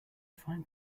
find